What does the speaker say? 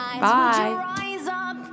Bye